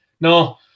No